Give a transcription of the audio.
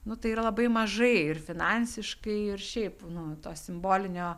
nu tai yra labai mažai ir finansiškai ir šiaip nu to simbolinio